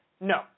No